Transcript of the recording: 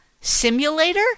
simulator